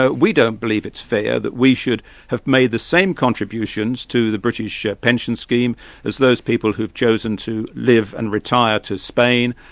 ah we don't believe it's fair that we should have made the same contributions to the british pension scheme as those people who've chosen to live and retire to spain,